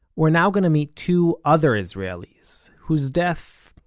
we're now going to meet two other israelis, whose death,